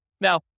Now